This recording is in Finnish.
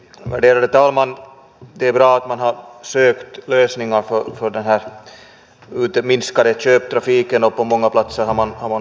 puolustusministeriön pääluokka on pienestä koostaan huolimatta meidän maamme kannalta äärimmäisen tärkeä pääluokka